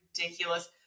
ridiculous